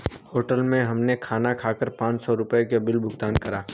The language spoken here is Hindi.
होटल में हमने खाना खाकर पाँच सौ रुपयों के बिल का भुगतान करा